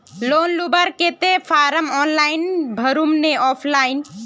Loan लुबार केते form online भरुम ने ऑफलाइन?